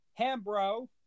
Hambro